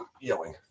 yelling